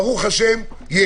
ב"ה יש.